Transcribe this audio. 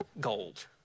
gold